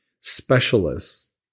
specialists